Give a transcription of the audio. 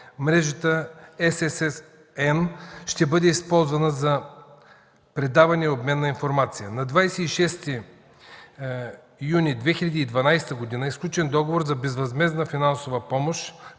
Мрежата SSN ще бъде използвана за предаване и обмен на информация. На 26 юни 2012 г. е сключен договор за безвъзмездна финансова помощ,